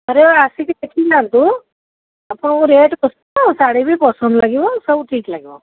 ଥରେ ଆସିକି ଦେଖି ଯାଆନ୍ତୁ ଆପଣଙ୍କୁ ରେଟ୍ ପସନ୍ଦ ଶାଢ଼ୀ ବି ପସନ୍ଦ ଲାଗିବ ସବୁ ଠିକ୍ ଲାଗିବ